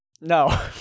no